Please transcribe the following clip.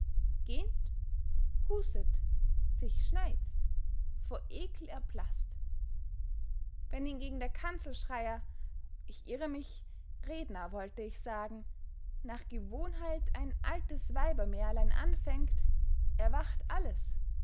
hustet sich schneizt vor eckel erblaßt wenn hingegen der kanzelschreier ich irre mich redner wollte ich sagen nach gewohnheit ein altes weibermärlein anfängt erwacht alles